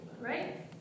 Right